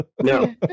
No